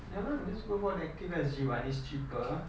ya lah just go for the active S_G one is cheaper lah